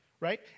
Right